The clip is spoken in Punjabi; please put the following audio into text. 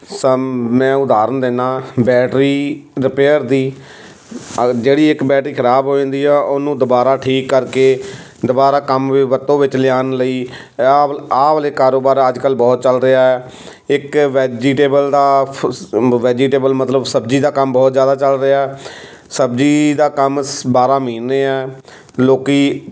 ਮੈਂ ਉਦਾਹਰਨ ਦਿੰਦਾ ਬੈਟਰੀ ਰਿਪੇਅਰ ਦੀ ਜਿਹੜੀ ਇੱਕ ਬੈਟਰੀ ਖਰਾਬ ਹੋ ਜਾਂਦੀ ਆ ਉਹਨੂੰ ਦੁਬਾਰਾ ਠੀਕ ਕਰਕੇ ਦੁਬਾਰਾ ਕੰਮ ਵੀ ਵਰਤੋਂ ਵਿੱਚ ਲਿਆਣ ਲਈ ਆਹ ਵਾ ਆਹ ਵਾਲੇ ਕਾਰੋਬਾਰ ਅੱਜ ਕੱਲ੍ਹ ਬਹੁਤ ਚੱਲ ਰਿਹਾ ਇੱਕ ਵੈਜੀਟੇਬਲ ਦਾ ਫਸ ਵੈਜੀਟੇਬਲ ਮਤਲਬ ਸਬਜ਼ੀ ਦਾ ਕੰਮ ਬਹੁਤ ਜ਼ਿਆਦਾ ਚੱਲ ਰਿਹਾ ਸਬਜ਼ੀ ਦਾ ਕੰਮ ਸ ਬਾਰਾਂ ਮਹੀਨੇ ਆ ਲੋਕ